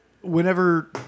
whenever